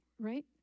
right